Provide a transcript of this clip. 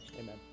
Amen